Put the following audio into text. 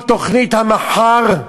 כל תוכנית המח"ר,